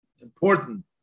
important